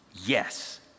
Yes